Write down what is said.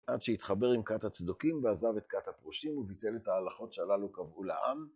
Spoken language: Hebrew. עד שהתחבר עם כת הצדוקים ועזב את כת הפרושים וביטל את ההלכות שללו קבעו לעם